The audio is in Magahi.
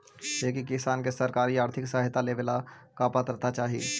एक किसान के सरकारी आर्थिक सहायता लेवेला का पात्रता चाही?